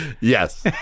yes